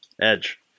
Edge